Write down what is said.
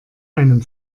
einem